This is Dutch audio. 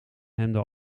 hemden